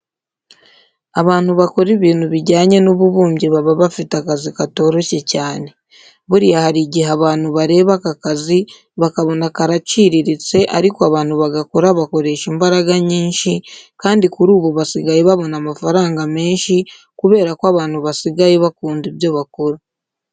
Abantu bakora ibintu bijyanye n'ububumbyi baba bafite akazi katoroshye cyane. Buriya hari igihe abantu bareba aka kazi bakabona karaciriritse ariko abantu bagakora bakoresha imbaraga nyinshi, kandi kuri ubu basigaye babona amafaranga menshi kubera ko abantu basigaye bakunda ibyo bakora.